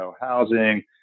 housing